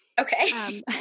Okay